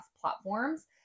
platforms